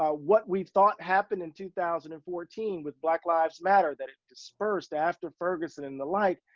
ah what we thought happened in two thousand and fourteen with black lives matter that dispersed after ferguson and the like,